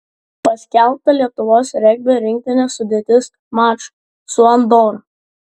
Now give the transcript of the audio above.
paskelbta lietuvos regbio rinktinės sudėtis mačui su andora